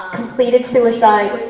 completed suicide,